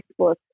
Facebook